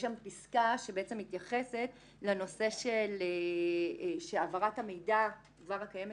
יש שם פסקה שמתייחסת לנושא שהעברת המידע הקיימת